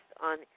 on